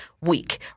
week